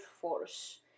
force